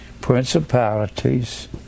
Principalities